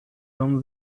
flown